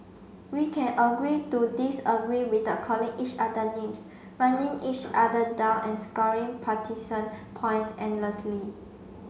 we can agree to disagree without calling each other names running each other down and scoring partisan points endlessly